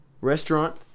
restaurant